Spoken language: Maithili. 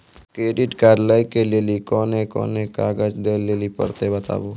क्रेडिट कार्ड लै के लेली कोने कोने कागज दे लेली पड़त बताबू?